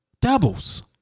doubles